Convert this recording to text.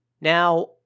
Now